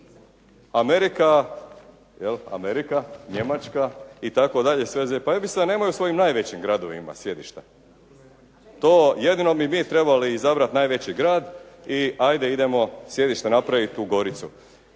Amerika, Njemačka itd. sve zemlje, pa ja mislim da nemaju u svojim najvećim gradovima sjedišta. To jedino bi mi trebali izabrati najveći grad i ajde, idemo sjedište napraviti u Goricu.